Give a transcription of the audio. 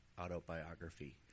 autobiography